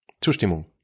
Zustimmung